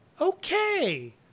okay